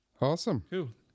awesome